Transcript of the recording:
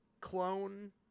clone